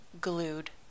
glued